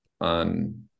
on